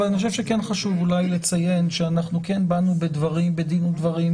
אני חושב שכן חשוב אולי לציין שאנחנו כן באנו בדין ודברים